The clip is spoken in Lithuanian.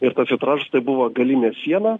ir tas vitražas tai buvo galinė siena